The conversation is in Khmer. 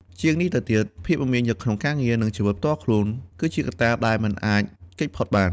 ជាងនេះទៅទៀត ភាពមមាញឹកក្នុងការងារ និងជីវិតផ្ទាល់ខ្លួន គឺជាកត្តាដែលមិនអាចគេចផុតបាន។